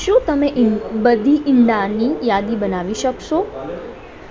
શું તમે ઇં બધી ઇંડાની યાદી બનાવી શકશો